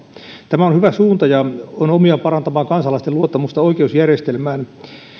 tämä on hyvä suunta ja on omiaan parantamaan kansalaisten luottamusta oikeusjärjestelmään